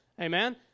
Amen